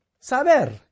saber